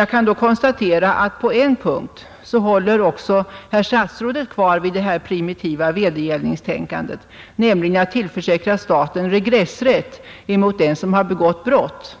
Jag kan konstatera att på en punkt håller också herr statsrådet fast vid detta primitiva vedergällningstänkande, nämligen när det gäller att tillförsäkra staten regressrätt mot den som har begått ett brott.